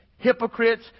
Hypocrites